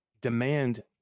demand